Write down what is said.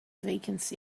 vacancy